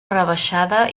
rebaixada